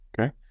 Okay